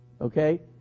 okay